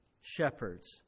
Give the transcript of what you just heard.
shepherds